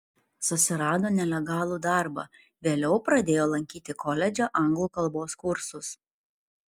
susirado nelegalų darbą vėliau pradėjo lankyti koledže anglų kalbos kursus